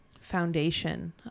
foundation